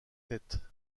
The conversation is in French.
tête